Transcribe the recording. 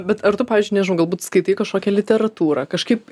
bet ar tu pavyzdžiui nežinau galbūt skaitai kažkokią literatūrą kažkaip